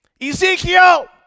Ezekiel